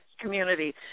community